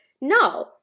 No